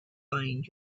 find